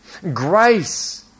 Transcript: Grace